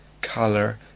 color